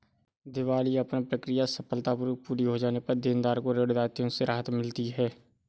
दिवालियापन प्रक्रिया सफलतापूर्वक पूरी हो जाने पर देनदार को ऋण दायित्वों से राहत मिलती है